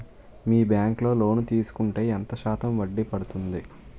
మీ bank లో loan తీసుకుంటే ఎంత శాతం వడ్డీ పడ్తుంది?